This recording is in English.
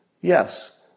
Yes